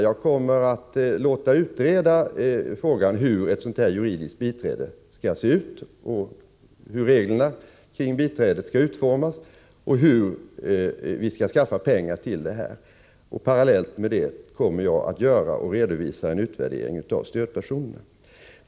Jag kommer att låta utreda frågan om hur ett juridiskt biträde skall fungera, hur reglerna för biträdet skall utformas och hur vi skall skaffa pengar för att genomföra förslaget. Parallellt med detta kommer jag att göra en utvärdering av systemet med stödpersoner som jag också skall redovisa.